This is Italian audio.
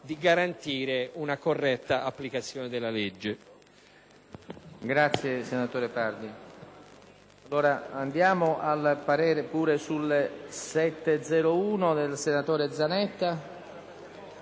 di garantire una corretta applicazione della legge.